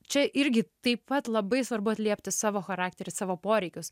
čia irgi taip pat labai svarbu atliepti savo charakterį savo poreikius